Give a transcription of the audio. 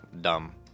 Dumb